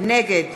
נגד